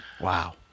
Wow